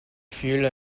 fühle